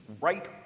right